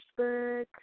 Facebook